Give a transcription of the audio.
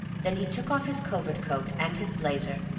then he took off his covert-coat and his blazer,